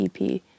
EP